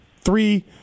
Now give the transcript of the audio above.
three